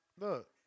Look